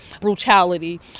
brutality